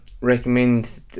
recommend